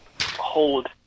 hold